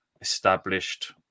established